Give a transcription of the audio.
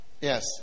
Yes